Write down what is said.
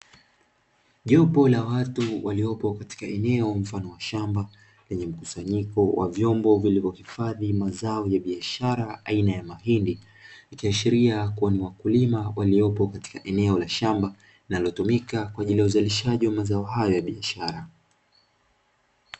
Jopo la watu waliopo katika eneo mfano wa shamba lenye mkusanyiko wa vyombo vilivyohifadhi mazao ya biashara aina ya mahindi, ikiashiria kuwa ni wakulima waliopo katika eneo la shamba linalotumika kwa ajili ya uzalishaji wa mazao hayo ya biashara.